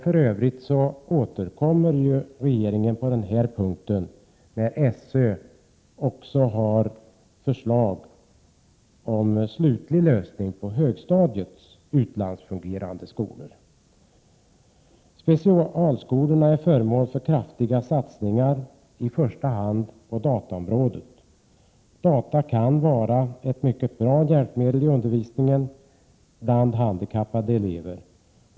För övrigt återkommer regeringen när SÖ har ett förslag när det gäller högstadiets statsbidrag i utlandsfungerande skolor. 101 Specialskolorna är föremål för kraftiga satsningar i första hand när det gäller dataområdet. En dator kan vara ett mycket bra hjälpmedel i undervisningen bland handikappade elever.